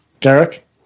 Derek